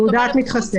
תעודת מתחסן, נכון.